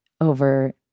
over